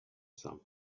some